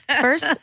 first